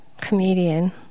comedian